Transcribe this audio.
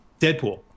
Deadpool